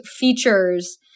features